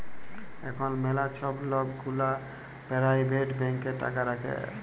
এখল ম্যালা ছব লক গুলা পারাইভেট ব্যাংকে টাকা রাখে